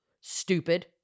Stupid